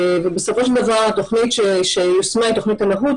בסופו של דבר התוכנית שיושמה היא תוכנית המהו"ת,